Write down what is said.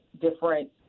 different